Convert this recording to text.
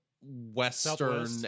Western